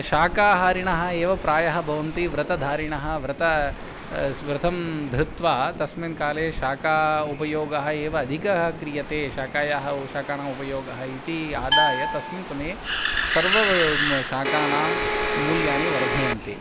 शाकाहारिणः एव प्रायः बवन्ति व्रतधारिणः व्रतः स् व्रतं धृत्वा तस्मिन् काले शाकानाम् उपयोगः एव अधिकः क्रियते शाकायाः औ शाकाणामुपयोगः इति आदाय तस्मिन् समये सर्वां शाकानां मूल्यानि वर्धयन्ति